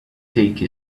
take